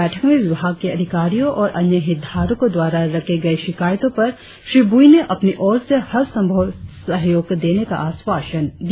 बैठक में विभाग के अधिकारियों और अन्य हितधारकों द्वारा रखे गए शिकायतों पर श्री बुइ ने अपनी ओर से हर संभव सहयोग देने का आश्वासन दिया